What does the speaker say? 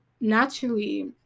naturally